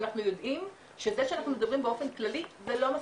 ואנחנו יודעים שזה שאנחנו מדברים באופן כללי זה לא מספיק.